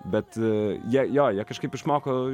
bet jie jo jie kažkaip išmoko